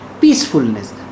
Peacefulness